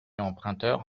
emprunteurs